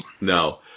No